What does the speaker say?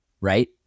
right